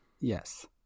Yes